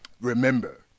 Remember